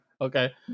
Okay